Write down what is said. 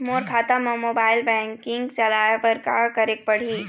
मोर खाता मा mobile banking चलाए बर का करेक पड़ही?